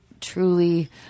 truly